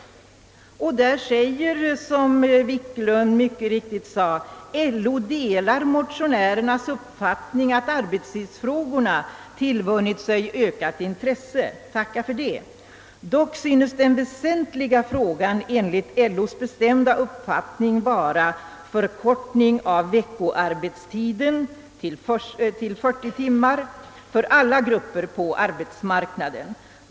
LO säger, som herr Wiklund mycket riktigt sade: »LO delar motionärernas uppfattning att arbetstidsfrågorna tillvunnit sig ökat intresse. Dock synes den väsentligaste frågan enligt LO:s bestämda uppfattning vara förkortning av veckoarbetstiden till 40 timmar för alla grupper på arbetsmarknaden.